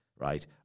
Right